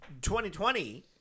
2020